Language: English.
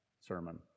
sermon